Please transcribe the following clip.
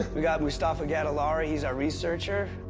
we got mustafa gatollari. he's our researcher.